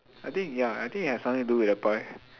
I think ya I think it has something to do with the pie